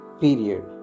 period